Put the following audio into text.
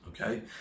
Okay